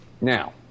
Now